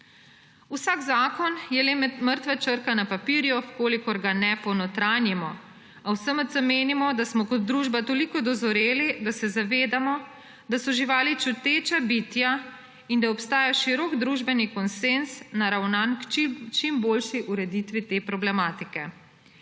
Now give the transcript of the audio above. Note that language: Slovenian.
Vsak zakon je le mrtva črka na papirju, če ga ne ponotranjimo, a v SMC menimo, da smo kot družba toliko dozoreli, da se zavedamo, da so živali čuteča bitja in da obstaja širok družbeni konsenz, naravnan k čim boljši ureditvi te problematike.